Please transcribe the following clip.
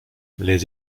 les